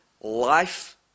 life